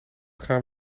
gaan